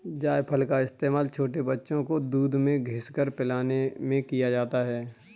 जायफल का इस्तेमाल छोटे बच्चों को दूध में घिस कर पिलाने में किया जाता है